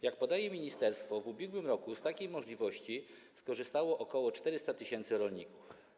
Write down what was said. Jak podaje ministerstwo, w ubiegłym roku z takiej możliwości skorzystało ok. 400 tys. rolników.